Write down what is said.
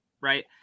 Right